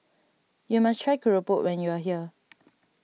you must try Keropok when you are here